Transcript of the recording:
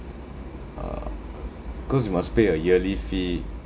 uh cause you must pay a yearly fee